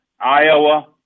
Iowa